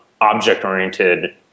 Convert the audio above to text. object-oriented